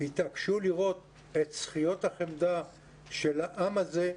התעקשו לראות את שכיות החמדה של העם הזה,